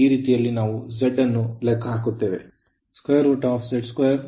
ಈ ರೀತಿಯಾಗಿ ನಾವು ಝಡ್ ಅನ್ನು ಲೆಕ್ಕ ಹಾಕುತ್ತೇವೆ